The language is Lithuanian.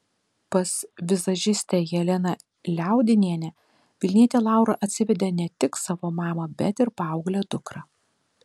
pas vizažistę jeleną liaudinienę vilnietė laura atsivedė ne tik savo mamą bet ir paauglę dukrą